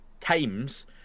times